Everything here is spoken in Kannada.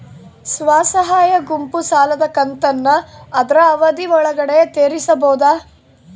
ಸ್ವಸಹಾಯ ಗುಂಪು ಸಾಲದ ಕಂತನ್ನ ಆದ್ರ ಅವಧಿ ಒಳ್ಗಡೆ ತೇರಿಸಬೋದ?